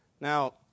Now